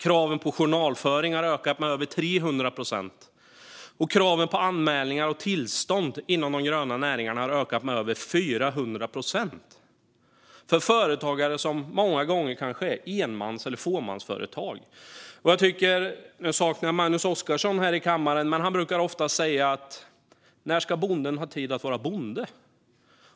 Kraven på journalföring har ökat med över 300 procent, och kraven på anmälningar och tillstånd inom de gröna näringarna har ökat med över 400 procent. Detta är företagare som många gånger driver enmans eller fåmansföretag. Jag ser inte Magnus Oscarsson här i kammaren just nu, men han brukar ofta säga: När ska bonden ha tid att vara bonde?